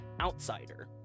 outsider